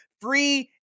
free